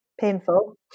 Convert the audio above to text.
Painful